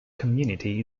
community